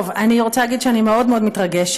טוב, אני רוצה להגיד שאני מאוד מאוד מתרגשת.